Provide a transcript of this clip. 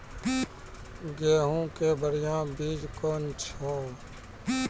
गेहूँ के बढ़िया बीज कौन छ?